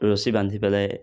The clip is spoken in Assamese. ৰছী বান্ধি পেলাই